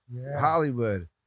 Hollywood